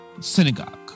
synagogue